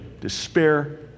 despair